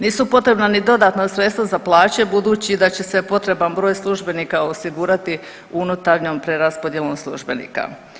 Nisu potrebna ni dodatna sredstva za plaće budući da će se potreban broj službenika osigurati unutarnjom preraspodjelom službenika.